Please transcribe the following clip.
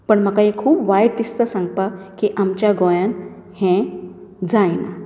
पूण म्हाका एक खूब वायट दिसता सांगपाक की आमच्या गोंयान हें जायना